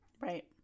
Right